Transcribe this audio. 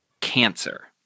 cancer